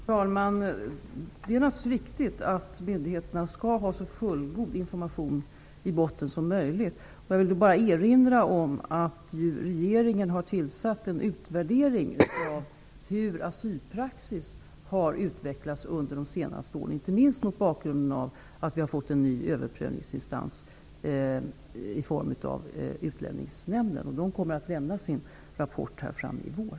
Fru talman! Det är naturligtvis viktigt att myndigheterna har så fullgod information som möjligt i botten. Jag vill erinra om att regeringen har tillsatt en utredning som skall göra en utvärdering av hur asylpraxis har utvecklats under de senaste åren, inte minst mot bakgrund av att vi har fått en ny överprövningsinstans i form av Utlänningsnämnden. Den rapporten kommer att lämnas i vår.